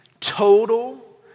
total